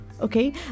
okay